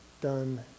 done